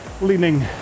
leaning